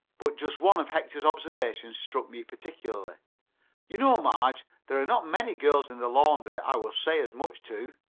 but just one of hector's observations struck me particularly you know, marge, there are not many girls in the laundry i would say as much to.